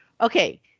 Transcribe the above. Okay